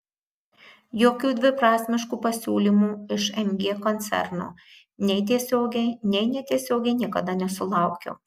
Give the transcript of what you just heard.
jokių dviprasmiškų pasiūlymų iš mg koncerno nei tiesiogiai nei netiesiogiai niekada nesulaukiau